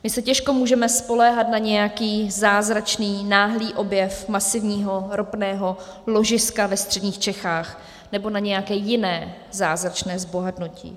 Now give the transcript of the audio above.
My se těžko můžeme spoléhat na nějaký zázračný náhlý objev masivního ropného ložiska ve středních Čechách nebo na nějaké jiné zázračné zbohatnutí.